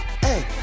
Hey